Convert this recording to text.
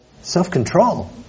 self-control